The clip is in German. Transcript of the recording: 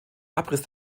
abriss